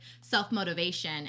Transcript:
self-motivation